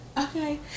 Okay